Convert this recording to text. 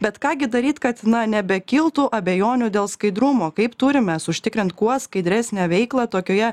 bet ką gi daryt kad nebekiltų abejonių dėl skaidrumo kaip turim mes užtikrint kuo skaidresnę veiklą tokioje